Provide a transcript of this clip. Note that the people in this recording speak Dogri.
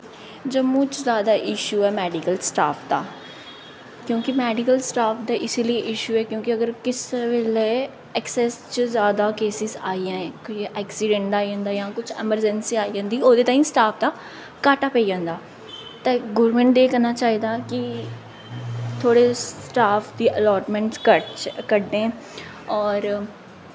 जम्मू च जादा इशू ऐ मैडिकल स्टाफ दा क्योंकि मैडिकल स्टाफ दा इसलेई इशू ऐ क्योंकि अगर किसै बेल्लै ऐकसैस च जादा केसिस आई जाएं कोई ऐक्सिडैंट दा आई जंदा जां कुछ ऐमरजैंसी आई जंदी ओह्दे ताईं स्टाफ दा घाट्टा पेई जंदा ते गौरमैंट गी केह् करना चाहिदा कि थोह्ड़ी स्टाफ दी अलाटमैंट कर कड्ढनी होर